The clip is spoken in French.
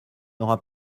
n’aura